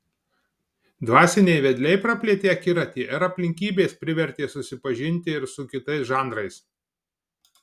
dvasiniai vedliai praplėtė akiratį ar aplinkybės privertė susipažinti ir su kitais žanrais